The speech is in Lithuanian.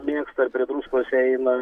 mėgsta ir prie druskos eina